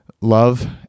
love